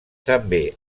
també